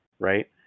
Right